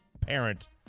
parent